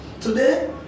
Today